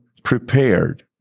prepared